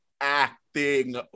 acting